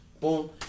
Boom